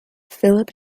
philip